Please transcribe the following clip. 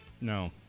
No